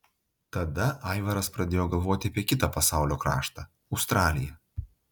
tada aivaras pradėjo galvoti apie kitą pasaulio kraštą australiją